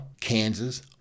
Kansas